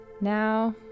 Now